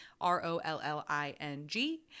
R-O-L-L-I-N-G